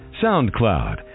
SoundCloud